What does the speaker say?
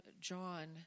John